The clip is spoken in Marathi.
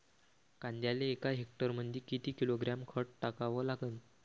कांद्याले एका हेक्टरमंदी किती किलोग्रॅम खत टाकावं लागन?